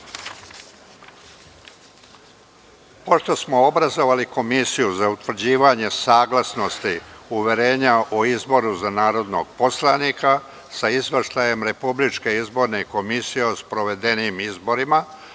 smo obrazovali Komisiju za utvrđivanje saglasnosti uverenja o izboru za narodnog poslanika sa Izveštajem Republičke izborne komisije o sprovedenim izborima,